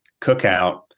cookout